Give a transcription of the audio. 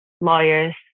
lawyers